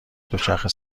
دوچرخه